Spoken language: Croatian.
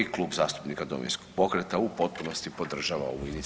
Klub zastupnika Domovinskog pokreta u potpunosti podržava ovu